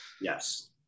Yes